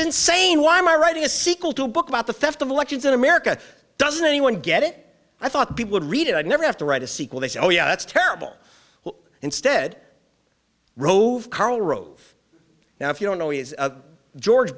insane why am i writing a sequel to a book about the theft of elections in america doesn't anyone get it i thought people would read it i never have to write a sequel they say oh yeah that's terrible instead rove karl rove now if you don't know he is george